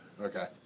Okay